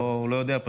הוא פשוט לא יודע,